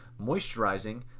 moisturizing